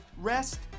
rest